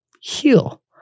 heal